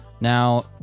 Now